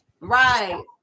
Right